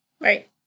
right